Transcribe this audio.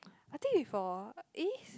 I think before eh